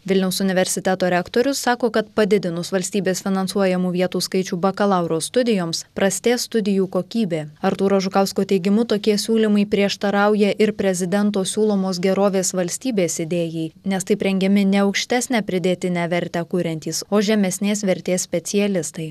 vilniaus universiteto rektorius sako kad padidinus valstybės finansuojamų vietų skaičių bakalauro studijoms prastės studijų kokybė artūro žukausko teigimu tokie siūlymai prieštarauja ir prezidento siūlomos gerovės valstybės idėjai nes taip rengiami ne aukštesnę pridėtinę vertę kuriantys o žemesnės vertės specialistai